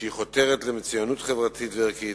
שחותרת למצוינות חברתית וערכית,